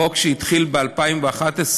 חוק שהתחיל ב-2011,